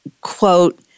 quote